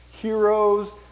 Heroes